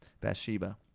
Bathsheba